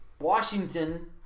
Washington